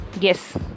yes